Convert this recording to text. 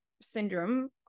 syndrome